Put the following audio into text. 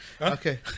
Okay